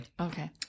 Okay